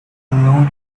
alone